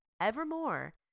evermore